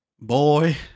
Boy